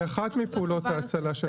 זו אחת מפעולות ההצלה של משק הגז.